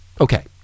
Okay